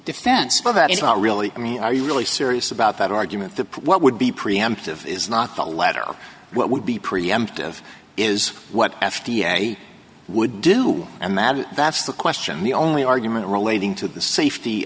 defense for that is not really i mean are you really serious about that argument that what would be preemptive is not the latter what would be preemptive is what f d a would do and that is that's the question the only argument relating to the safety